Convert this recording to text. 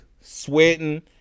sweating